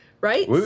right